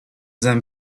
then